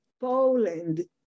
Poland